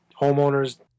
homeowners